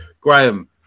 Graham